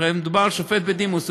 הרי מדובר על שופט בדימוס,